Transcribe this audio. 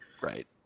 Right